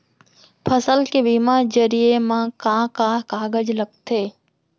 फसल के बीमा जरिए मा का का कागज लगथे?